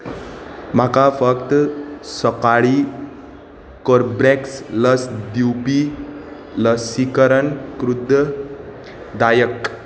म्हाका फक्त सकाळीं कोर्बेक्स लस दिवपी लसीकरण कृद दायक